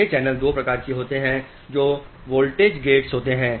ये चैनल दो प्रकार के होते हैं जो VOLTAGE GATED होते हैं